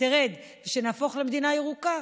תרד ונהפוך למדינה ירוקה,